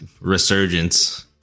resurgence